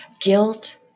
guilt